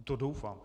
To doufám.